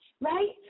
right